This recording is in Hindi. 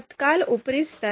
तत्काल ऊपरी स्तर